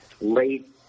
late